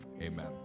amen